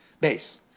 Base